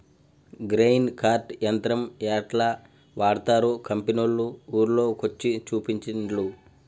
grain cart యంత్రం యెట్లా వాడ్తరో కంపెనోళ్లు ఊర్ల కొచ్చి చూపించిన్లు